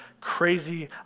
crazy